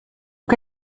què